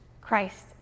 Christ